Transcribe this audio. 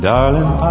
Darling